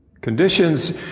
Conditions